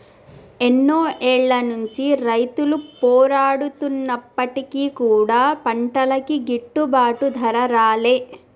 ఎన్నో ఏళ్ల నుంచి రైతులు పోరాడుతున్నప్పటికీ కూడా పంటలకి గిట్టుబాటు ధర రాలే